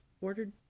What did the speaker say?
ordered